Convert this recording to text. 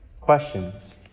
questions